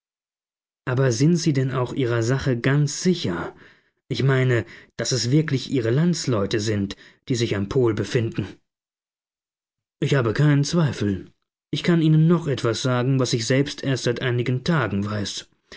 aber sind sie denn auch ihrer sache ganz sicher ich meine daß es wirklich ihre landsleute sind die sich am pol befinden ich habe keinen zweifel ich kann ihnen noch etwas sagen was ich selbst erst seit einigen tagen weiß